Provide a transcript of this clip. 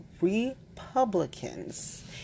Republicans